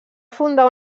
fundar